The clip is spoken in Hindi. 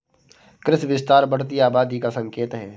कृषि विस्तार बढ़ती आबादी का संकेत हैं